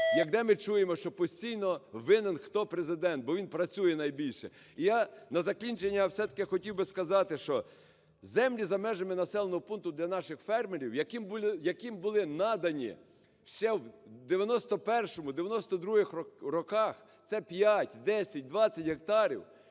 де ми чуємо, що постійно винен, хто? Президент. Бо він працює найбільше. І я на закінчення все-таки хотів би сказати, що землі за межами населеного пункту для наших фермерів, яким були надані ще в 1991-1992 роках, це 5, 10, 20 гектарів,